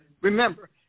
Remember